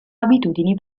abitudini